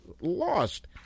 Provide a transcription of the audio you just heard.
lost